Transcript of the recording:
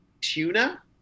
tuna